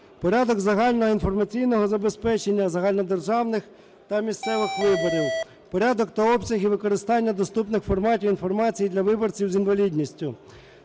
Порядок загального інформаційного забезпечення загальнодержавних та місцевих виборів; Порядок та обсяги використання доступних форматів інформації для виборців з інвалідністю;